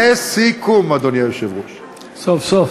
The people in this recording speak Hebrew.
לסיכום, אדוני היושב-ראש, סוף-סוף.